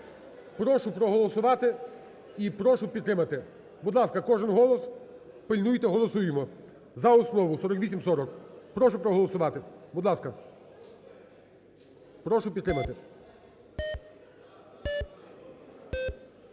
Прошу проголосувати і прошу підтримати. Будь ласка, кожен голос пильнуйте, голосуємо за основу 4840. Прошу проголосувати, будь ласка. Прошу підтримати.